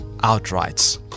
outright